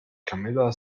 camilla